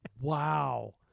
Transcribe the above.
Wow